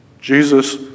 Jesus